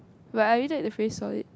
but I really take the phrase solid